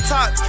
Top